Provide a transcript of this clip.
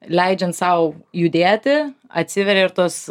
leidžiant sau judėti atsiveria ir tos